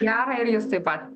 gera ir jus taip pat